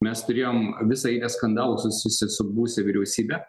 mes turėjom visą eilę skandalų susijusių su buvusia vyriausybe